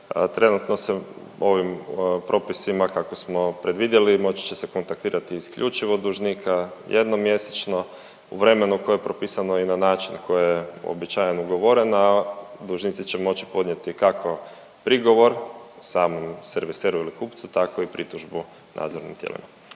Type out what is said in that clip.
trenutno se ovim propisima, kako smo predvidjeli, moći će se kontaktirati isključivo dužnika jednom mjesečno u vremenu koje je propisano i na način koje je uobičajeno ugovoreno, a dužnici će moći podnijeti, kako prigovor samom serviseru ili kupcu, tako i pritužbu nadzornim tijelima.